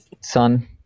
Son